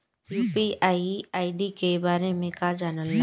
UPI ID के बारे में का जाने ल?